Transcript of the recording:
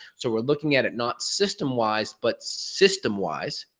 so, we're looking at at not system wise, but system wise,